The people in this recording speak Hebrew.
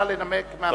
נא לנמק מהמקום.